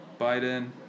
Biden